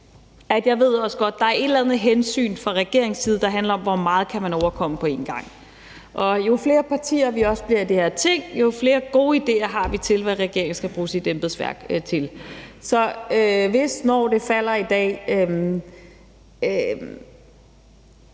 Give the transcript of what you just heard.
at jeg også godt ved, at der er et eller andet hensyn fra regeringens side, der handler om, hvor meget man kan overkomme på en gang, og jo flere partier vi også bliver i det her Ting, jo flere gode idéer har vi til, hvad regeringen skal bruge sit embedsværk til. Så hvis/når det falder i dag, er